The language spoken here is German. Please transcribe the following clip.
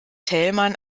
thälmann